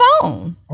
phone